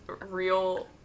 real